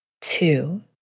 two